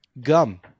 Gum